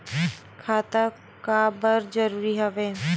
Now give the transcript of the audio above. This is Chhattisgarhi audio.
खाता का बर जरूरी हवे?